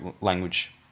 language